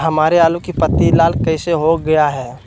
हमारे आलू की पत्ती लाल कैसे हो गया है?